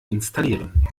installieren